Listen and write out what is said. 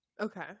Okay